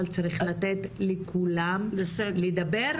אבל צריך לתת לכולם לדבר.